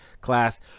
class